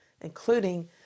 including